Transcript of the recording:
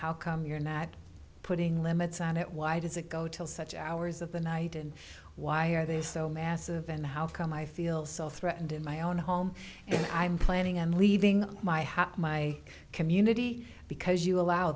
how come you're not putting limits on it why does it go till such hours of the night and why are they so massive and how come i feel so threatened in my own home and i'm planning on leaving my house my community because you allow